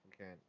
Okay